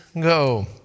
go